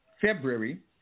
February